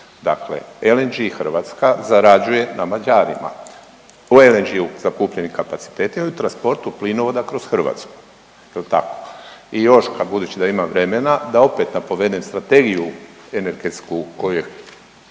Dakle, LNG Hrvatska zarađuje na Mađarima, u LNG-u zakupljeni kapaciteti ili transportu plinovoda kroz Hrvatsku jel tako. I još kad budući da imam vremena da opet napomenem strategiju energetsku koju je